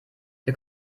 wir